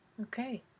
Okay